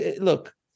look